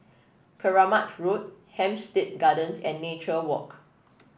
Keramat Road Hampstead Gardens and Nature Walk